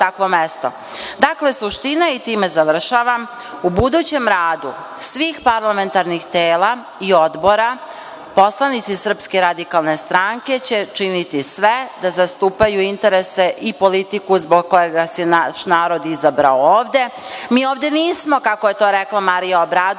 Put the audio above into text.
mesto. Dakle, suština, i time završavam, u budućem radu svih parlamentarnih tela i odbora, poslanici SRS će činiti sve da zastupaju interese i politiku zbog kojeg vas je vaš narod izabrao ovde. Mi ovde nismo, kako je to rekla Marija Obradović,